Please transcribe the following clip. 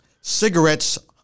cigarettes